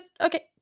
Okay